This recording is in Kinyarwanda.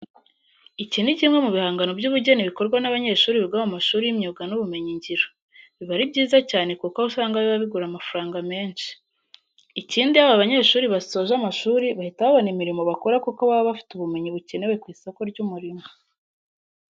Iki ni kimwe mu bihangano by'ubugeni bikorwa n'abanyeshuri biga mu mashuri y'imyuga n'ubumenyingiro. Biba ari byiza cyane kuko usanga biba bigura amafaranga menshi. Ikindi iyo aba banyeshuri basoje amashuri bahita babona imirimo bakora kuko baba bafite ubumenyi bukenewe ku isoko ry'umurimo.